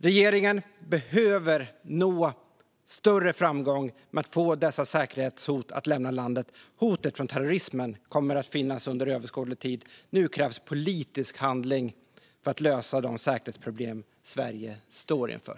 Regeringen behöver nå större framgång med att få dessa säkerhetshot att lämna landet. Hotet från terrorismen kommer att finnas under överskådlig tid. Nu krävs politisk handling för att lösa de säkerhetsproblem Sverige står inför.